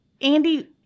Andy